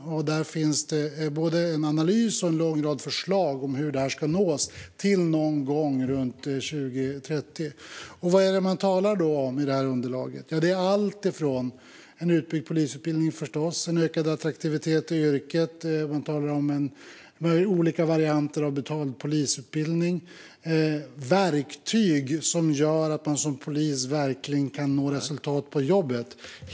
Där finns det både en analys och en lång rad förslag på hur detta ska nås till någon gång runt 2030. Vad är det då man talar om i detta underlag? Det är alltifrån en utbyggd polisutbildning - förstås - till ökad attraktivitet i yrket. Man talar också om olika varianter av betald polisutbildning och om verktyg som gör att det verkligen går att som polis nå resultat på jobbet.